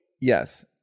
Yes